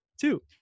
two